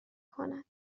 کند